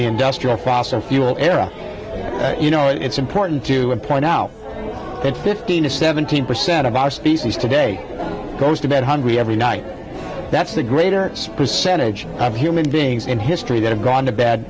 industrial fossil fuel era you know it's important to point out that fifteen to seventeen percent of our species today goes to bed hungry every night that's the greater percentage of human beings in history that have gone to bed